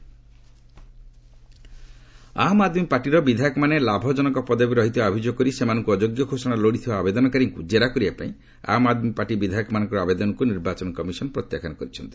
EC AAP Aam Aadmi ପାର୍ଟିର ବିଧାୟକମାନେ ଲାଭଜନକ ପଦବୀରେ ରହିଥିବା ଅଭିଯୋଗ କରି ସେମାନଙ୍କୁ ଅଯୋଗ୍ୟ ଘୋଷଣା ଲୋଡ଼ିଥିବା ଆବେଦନକାରୀଙ୍କୁ ଜେରା କରିବା ପାଇଁ ଆମ୍ ଆଦ୍ମି ପାର୍ଟି ବିଧାୟକମାନଙ୍କର ଆବେଦନକୁ ନିର୍ବାଚନ କମିଶନ୍ ପ୍ରତ୍ୟାଖ୍ୟାନ କରିଛନ୍ତି